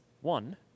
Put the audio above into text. one